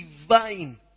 divine